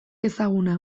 ezaguna